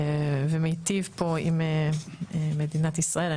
ומיטיב פה עם מדינת ישראל.